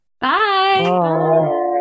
Bye